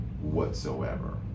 whatsoever